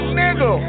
nigga